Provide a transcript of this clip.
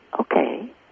Okay